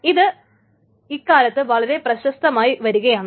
ഇത് ഇക്കാലത്ത് വളരെ പ്രശസ്തമായി വരികയാണ്